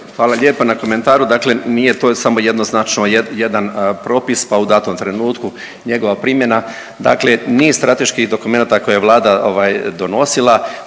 hvala lijepa komentaru, dakle nije to samo jednoznačno jedan propis pa u datom trenutku njegova primjena. Dakle, nije strateški dokumenat ako je Vlada ovaj donosila